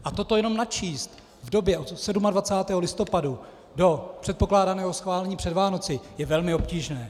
A toto jenom načíst v době od 27. listopadu do předpokládaného schválení před Vánoci je velmi obtížné.